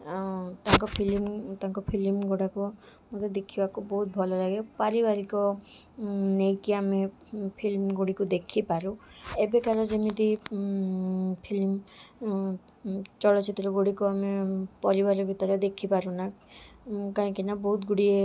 ଆଉ ତାଙ୍କ ଫିଲ୍ମ ତାଙ୍କ ଫିଲ୍ମ ଗୁଡ଼ାକ ମତେ ଦେଖିବାକୁ ବହୁତ ଭଲ ଲାଗେ ପାରିବାରିକ ନେଇ କି ଆମେ ଫିଲ୍ମ ଗୁଡ଼ିକ ଦେଖିପାରୁ ଏବେକାର ଯେମିତି ଫିଲ୍ମ ଚଳଚ୍ଚିତ୍ର ଗୁଡ଼ିକ ଆମେ ପରିବାର ଭିତରେ ଦେଖିପାରୁନା କାହିଁକି ନା ବହୁତ ଗୁଡ଼ିଏ